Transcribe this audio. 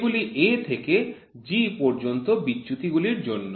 এগুলি A থেকে G পর্যন্ত বিচ্যুতিগুলির জন্য